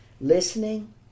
listening